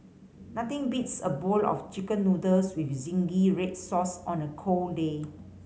nothing beats a bowl of Chicken Noodles with zingy red sauce on a cold day